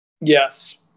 Yes